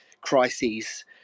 crises